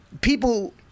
People